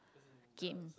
game